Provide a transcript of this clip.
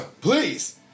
please